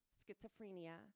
schizophrenia